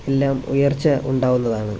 എല്ലാം ഉയർച്ച ഉണ്ടാകുന്നതാണ്